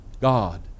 God